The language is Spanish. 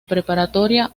preparatoria